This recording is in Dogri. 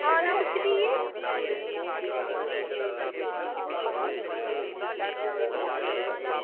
आना कुत्थें भी